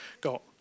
got